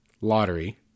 lottery